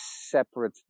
separate